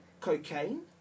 cocaine